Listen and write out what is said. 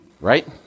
right